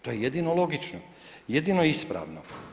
To je jedino logično, jedino ispravno.